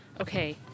okay